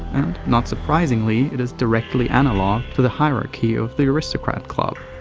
and not surprisingly, it is directly analogue to the hierarchy of the aristocrat club.